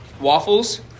Waffles